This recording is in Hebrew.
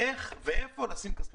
איך ואיפה לשים כספומט.